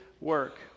work